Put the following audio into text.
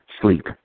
sleep